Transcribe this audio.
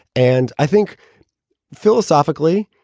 and i think philosophically,